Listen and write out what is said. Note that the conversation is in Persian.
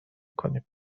کنیم